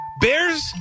bears